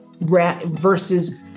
versus